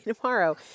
tomorrow